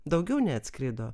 daugiau neatskrido